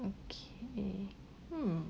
okay hmm